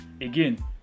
again